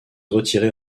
retirer